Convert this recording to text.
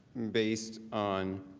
based on,